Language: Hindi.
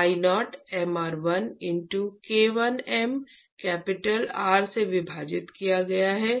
I0 mr 1 into K1 m capital R में विभाजित किया गया है